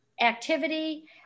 activity